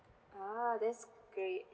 ah that's great